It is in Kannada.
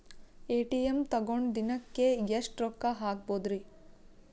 ಎ.ಟಿ.ಎಂ ತಗೊಂಡ್ ದಿನಕ್ಕೆ ಎಷ್ಟ್ ರೊಕ್ಕ ಹಾಕ್ಬೊದ್ರಿ?